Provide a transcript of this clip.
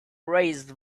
raised